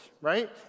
right